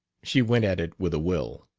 she went at it with a will.